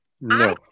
No